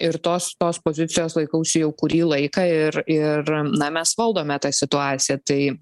ir tos tos pozicijos laikausi jau kurį laiką ir ir na mes valdome tą situaciją tai